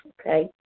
Okay